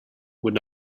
were